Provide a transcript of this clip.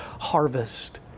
harvest